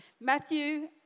Matthew